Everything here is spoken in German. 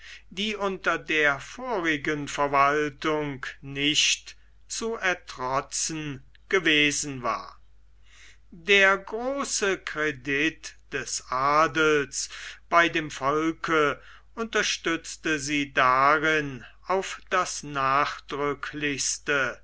die unter der vorigen verwaltung nicht zu ertrotzen gewesen war der große kredit des adels bei dem volke unterstützte sie darin auf das nachdrücklichste